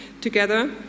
together